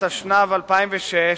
התשנ"ו 2006,